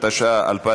התשע"ח